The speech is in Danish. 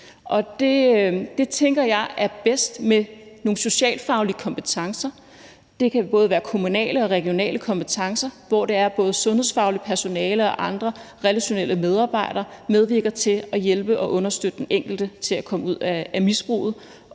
det tænker jeg sker bedst med nogle socialfaglige kompetencer. Det kan både være kommunale og regionale kompetencer, hvor både sundhedsfagligt personale og andre relationelle medarbejdere medvirker til at hjælpe og understøtte den enkelte til at komme ud af misbruget